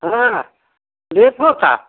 हाँ देखो का